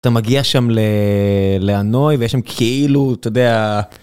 אתה מגיע שם להאנוי, ויש שם כאילו אתה יודע